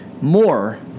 more